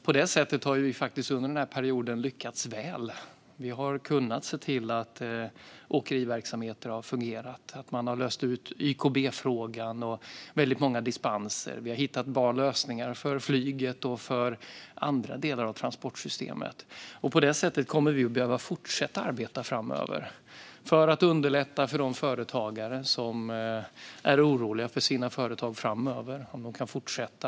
På det sättet har vi under den här perioden lyckats väl. Vi har kunnat se till att åkeriverksamheter har fungerat. Man har löst ut YKB-frågan och gett väldigt många dispenser. Vi har hittat bra lösningar för flyget och andra delar av transportsystemet. På det sättet kommer vi att behöva fortsätta att arbeta framöver för att underlätta för de företagare som är oroliga för sina företag framöver och om de kan fortsätta.